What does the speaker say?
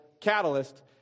Catalyst